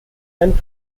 and